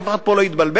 שאף אחד פה לא יתבלבל,